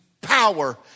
power